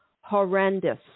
horrendous